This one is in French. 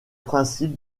principe